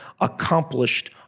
accomplished